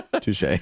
Touche